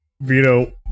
Vito